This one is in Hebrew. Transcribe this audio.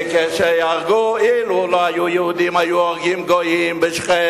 כשהרגו אילו לא היו יהודים, היו הורגים בשכם,